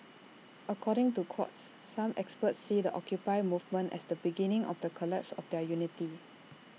according to Quartz some experts see the occupy movement as the beginning of the collapse of their unity